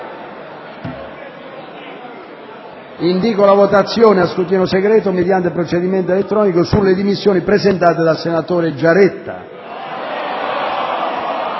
Indíco la votazione a scrutinio segreto, mediante procedimento elettronico, sulle dimissioni presentate dal senatore Bubbico.